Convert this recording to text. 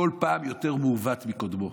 כל פעם יותר מעוות מקודמו,